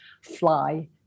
fly